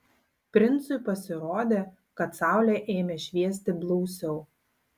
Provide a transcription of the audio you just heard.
princui pasirodė kad saulė ėmė šviesti blausiau